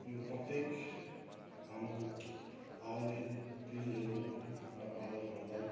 यो प्रत्येक हाम्रो आउने पिँढीहरूका बालकहरूलाई